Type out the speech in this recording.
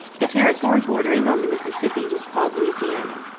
the territory bordering on the mississippi was called louisiana.